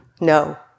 no